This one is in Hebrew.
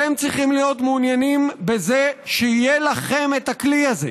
אתם צריכים להיות מעוניינים שיהיה לכם כלי כזה,